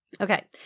Okay